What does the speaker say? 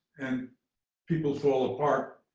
and people fall apart.